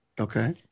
Okay